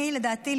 לדעתי,